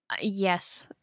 yes